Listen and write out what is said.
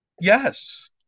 Yes